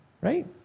right